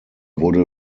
wurde